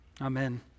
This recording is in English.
amen